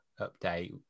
update